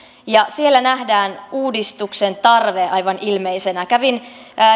ja siellä nähdään uudistuksen tarve aivan ilmeisenä kävin